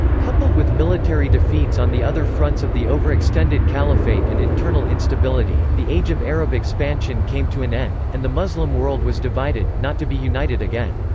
coupled with military defeats on the other fronts of the overextended caliphate and internal instability, the age of arab expansion came to an end, and the muslim world was divided, not to be united again.